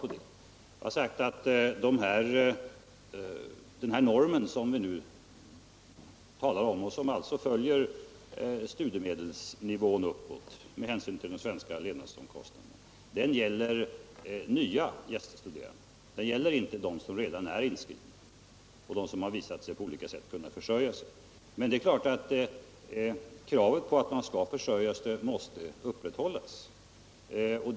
Jag har sagt att den norm som vi nu talar om, och som alltså följer studiemedelsnivån uppåt med hänsyn till de svenska levnadsomkostnaderna, gäller nya gäststuderande. Den gäller inte dem som redan är inskrivna och som på olika sätt har visat att de kan försörja sig och klara studierna. Men det är klart att kravet på att man skall försörja sig måste upprätthållas.